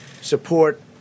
support